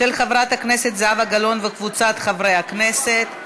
של חברת הכנסת זהבה גלאון וקבוצת חברי הכנסת.